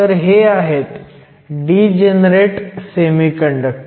तर हे आहेत डीजनरेट सेमीकंडक्टर